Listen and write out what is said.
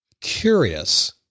curious